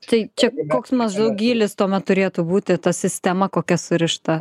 tai čia koks maždaug gylis tuomet turėtų būti ta sistema kokia surišta